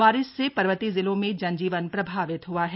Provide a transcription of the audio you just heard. बारिश से पर्वतीय जिलों में जनजीवन प्रभावित हआ है